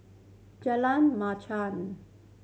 Jalan Machang